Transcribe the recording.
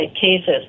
cases